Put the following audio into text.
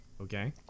Okay